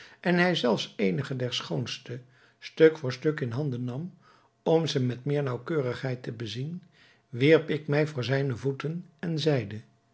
en hij zelfs eenige der schoonste stuk voor stuk in handen nam om ze met meer naauwkeurigheid te bezien wierp ik mij voor zijne voeten en zeide